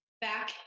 back